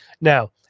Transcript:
Now